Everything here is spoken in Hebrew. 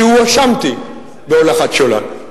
שהואשמתי בהולכת שולל.